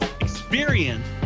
experience